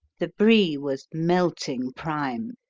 the brie was melting prime,